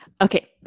Okay